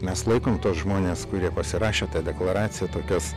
mes laikom tuos žmones kurie pasirašė tą deklaraciją tokios